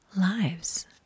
lives